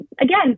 again